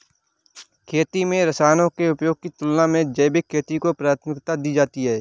खेती में रसायनों के उपयोग की तुलना में जैविक खेती को प्राथमिकता दी जाती है